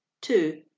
Two